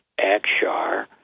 Akshar